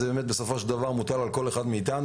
זה בסופו של דבר מוטל על כל אחד מאתנו,